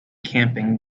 camping